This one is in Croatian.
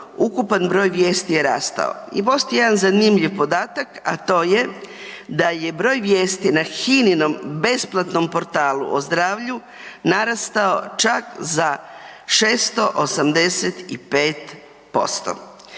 ukupan broj vijesti je rastao i postoji jedan zanimljiv podatak, a to je da je broj vijesti na hininom besplatnom portalu o zdravlju narastao čak za 685%.